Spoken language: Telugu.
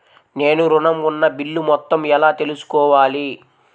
నేను ఋణం ఉన్న బిల్లు మొత్తం ఎలా తెలుసుకోవాలి?